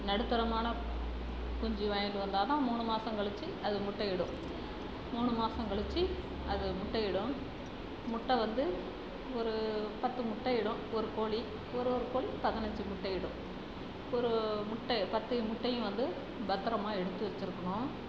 நடுத்தரமான குஞ்சு வாங்கிட்டு வந்தால் தான் மூணு மாசங்கழிச்சி அது முட்டையிடும் மூணு மாசங்கழிச்சி அது முட்டையிடும் முட்டை வந்து ஒரு பத்து முட்டையிடும் ஒரு கோழி ஒரு ஒரு கோழி பதினஞ்சு முட்டையிடும் ஒரு முட்டை பத்து முட்டையும் வந்து பத்தரமாக எடுத்து வச்சிருக்கணும்